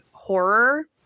horror